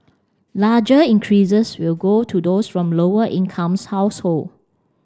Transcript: larger increases will go to those from lower incomes household